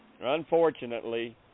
Unfortunately